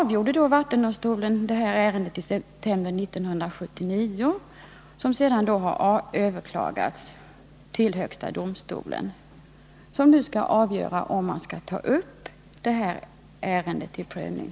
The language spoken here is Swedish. Vattendomstolen avgjorde ärendet i september 1979, och det beslutet har som sagt överklagats hos högsta domstolen, som nu skall avgöra om man skall ta upp ärendet till prövning.